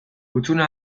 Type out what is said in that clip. hutsune